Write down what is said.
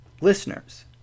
listeners